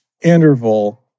interval